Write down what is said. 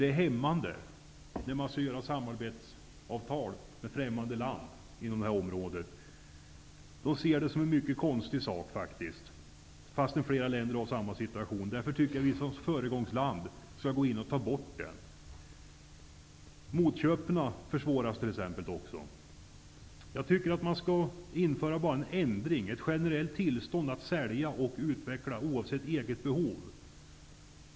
Det är hämmande, när man skall träffa samarbetsavtal med främmande länder på detta område. De ser det såsom mycket konstigt, fastän flera andra länder befinner sig i samma situation. Vi bör såsom föregångsland ta bort detta förbud. Förbudet försvårar också motköp. Jag tycker att man skall införa ett generellt tillstånd att sälja och utveckla för eget behov.